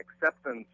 acceptance